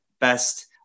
best